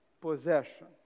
possession